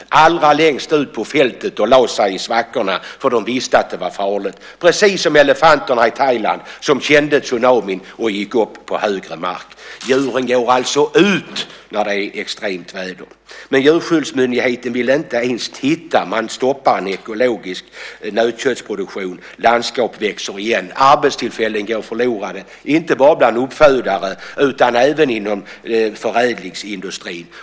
De gick allra längst ut på fältet och lade sig i svackorna, för de visste att det var farligt. De gjorde precis som elefanterna i Thailand, som kände tsunamin och gick upp på högre mark. Djuren går alltså ut när det är extremt väder. Men Djurskyddsmyndigheten vill inte ens titta. Man stoppar en ekologisk nötköttsproduktion. Landskap växer igen. Arbetstillfällen går förlorade, inte bara bland uppfödare utan även inom förädlingsindustrin.